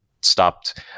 stopped